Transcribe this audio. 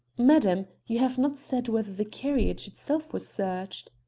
madam, you have not said whether the carriage itself was searched.